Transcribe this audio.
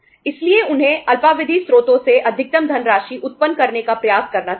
इसलिए उन्हें अल्पावधि स्रोतों से अधिकतम धनराशि उत्पन्न करने का प्रयास करना चाहिए